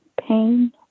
pain